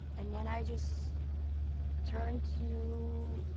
and then i just turned to